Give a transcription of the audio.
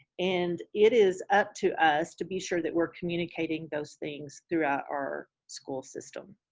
and it is up to us to be sure that we're communicating those things throughout our school system,